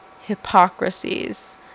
hypocrisies